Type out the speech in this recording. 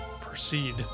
proceed